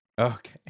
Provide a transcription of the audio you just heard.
Okay